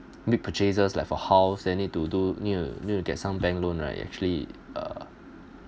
big purchases like for house then need to do need to need to get some bank loan right actually uh